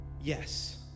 yes